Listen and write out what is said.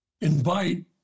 invite